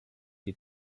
die